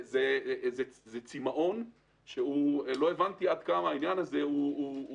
זה צימאון שלא הבנתי עד כמה הוא נחוץ.